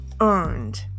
earned